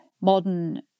modern